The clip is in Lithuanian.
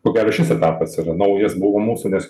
ko gero šis etapas yra naujas buvo mūsų nes